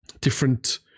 different